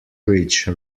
ridge